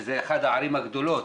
שזו אחת הערים הגדולות,